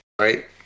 right